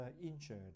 injured